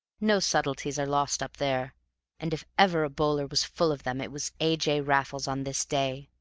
no subtleties are lost up there and if ever a bowler was full of them, it was a. j. raffles on this day,